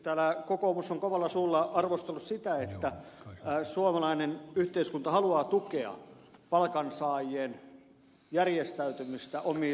täällä kokoomus on kovalla suulla arvostellut sitä että suomalainen yhteiskunta haluaa tukea palkansaajien järjestäytymistä omiin liittoihinsa